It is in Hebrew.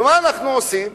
ומה אנחנו עושים?